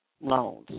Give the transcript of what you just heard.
loans